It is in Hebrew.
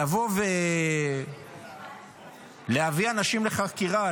לבוא ולהביא אנשים לחקירה,